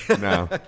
No